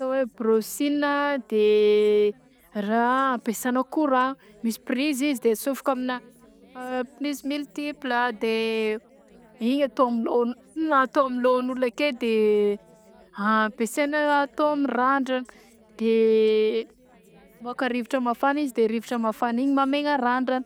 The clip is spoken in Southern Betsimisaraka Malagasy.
Ny brôsina de raha ampesanao courant misy prizy izy de atsofoka aminà prizy miltipla de igny atao amy lo- atao amy lohagn'olona ake io de ampesaina atao am'randragna de mamoaka rivotra mafana izy de rivotra mafagna igny mamegna randragna.